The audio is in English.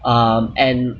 um and